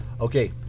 Okay